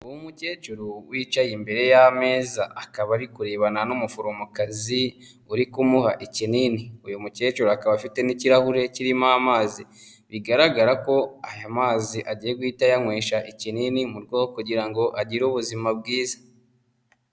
Umukecuru wicaye imbere y'ameza, akaba ari kurebana n'umuforomokazi uri kumuha ikinini, uyu mukecuru akaba afite n'ikirahure kirimo amazi, bigaragara ko aya mazi agiye guhita ayanywesha ikinini mu rwego rwo kugira ngo agire ubuzima bwiza.